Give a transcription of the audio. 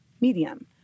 medium